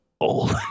Old